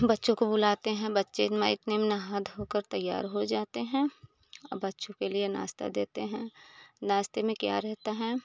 बच्चों को बुलाते हैं बच्चे मैं इतने में नहा धो कर तैयार हो जाते हैं और बच्चों के लिए नाश्ता देते हैं नाश्ता में क्या रहता है